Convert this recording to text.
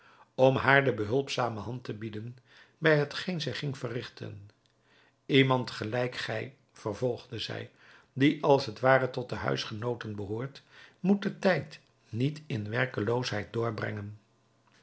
om haar de behulpzame hand te bieden bij hetgeen zij ging verrigten iemand gelijk gij vervolgde zij die als het ware tot de huisgenooten behoort moet den tijd niet in werkeloosheid doorbrengen